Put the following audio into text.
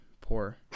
Poor